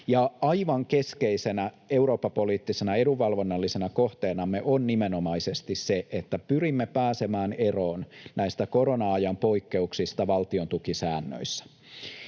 Aivan keskeisenä eurooppapoliittisena edunvalvonnallisena kohteenamme on nimenomaisesti se, että pyrimme pääsemään eroon näistä korona-ajan poikkeuksista valtiontukisäännöissä.